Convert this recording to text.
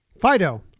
Fido